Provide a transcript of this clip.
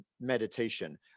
meditation